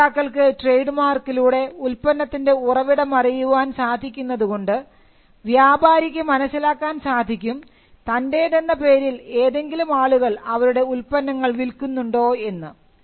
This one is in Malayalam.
ഉപഭോക്താക്കൾക്ക് ട്രേഡ് മാർക്കിലൂടെ ഉൽപ്പന്നത്തിൻറെ ഉറവിടം അറിയാൻ സാധിക്കുന്നത് കൊണ്ട് വ്യാപാരിക്ക് മനസ്സിലാക്കാൻ സാധിക്കും തൻറെതെന്ന പേരിൽ ഏതെങ്കിലും ആളുകൾ അവരുടെ ഉൽപ്പന്നങ്ങൾ വിൽക്കുന്നുണ്ടോ എന്ന്